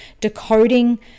decoding